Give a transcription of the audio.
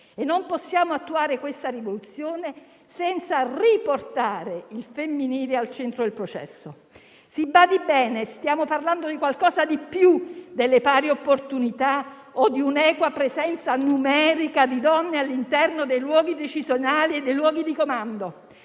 non possiamo attuare senza riportare il femminile al centro del processo. Si badi bene: stiamo parlando di qualcosa di più delle pari opportunità o di un'equa presenza numerica di donne all'interno dei luoghi decisionali e di comando.